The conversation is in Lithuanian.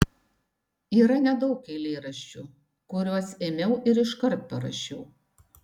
yra nedaug eilėraščių kuriuos ėmiau ir iškart parašiau